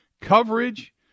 Coverage